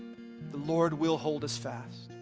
the lord will hold us fast.